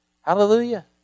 Hallelujah